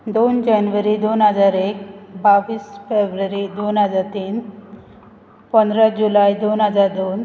दोन जानेवारी दोन हजार एक बावीस फेब्रुवारी दोन हजार तीन पंदरा जुलाय दोन हजार दोन